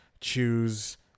choose